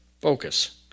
focus